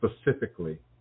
specifically